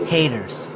Haters